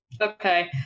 Okay